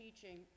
teaching